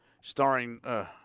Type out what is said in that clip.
Starring –